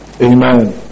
Amen